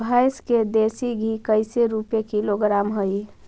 भैंस के देसी घी कैसे रूपये किलोग्राम हई?